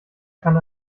kann